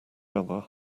other